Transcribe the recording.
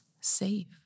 safe